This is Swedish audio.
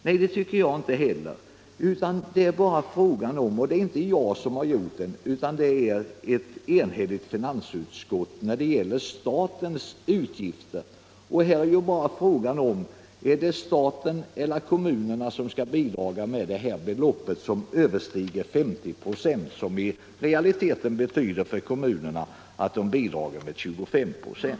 Nej, det tycker inte jag heller och det har jag heller inte gjort. Vi har ett enhälligt finansutskott när det gäller statens utgifter. Här gäller det bara om det är staten eller kommunerna som skall bidra med det belopp som överstiger 50 96, vilket i realiteten för kommunerna betyder att de bidrar med 25 96.